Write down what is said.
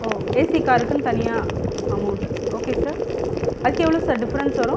ஓ AC காருக்குன்னு தனியாக amount okay sir அதுக்கு எவ்வளோ சார் டிஃப்ரென்ஸ் வரும்